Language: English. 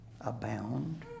Abound